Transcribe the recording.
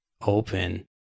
open